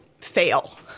fail